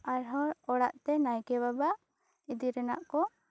ᱟᱨᱦᱚᱸ ᱚᱲᱟᱜ ᱛᱮ ᱱᱟᱭᱠᱮ ᱵᱟᱵᱟ ᱤᱫᱤ ᱨᱮᱱᱟᱜ ᱠᱚ